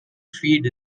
feed